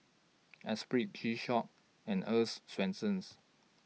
Espirit G Shock and Earl's Swensens